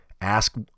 ask